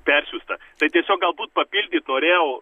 persiųsta tai tiesiog galbūt papildyt norėjau